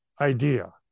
idea